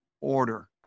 order